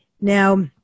Now